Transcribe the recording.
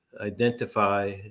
identify